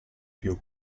più